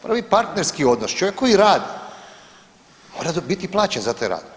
Pravi partnerski odnos čovjek koji radi mora biti i plaćen za taj rad.